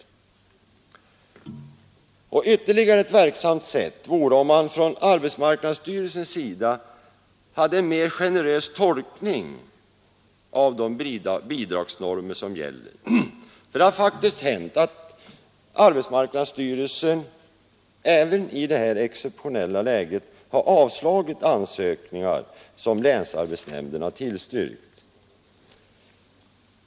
Ännu ett verksamt sätt vore om arbetsmarknadsstyrelsen gjorde en mer generös tolkning av de bidragsnormer som gäller. Det har faktiskt hänt att arbetsmarknadsstyrelsen, även i det här exceptionella läget, har avslagit ansökningar som länsarbetsnämnden har tillstyrkt.